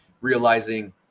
realizing